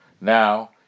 Now